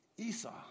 Esau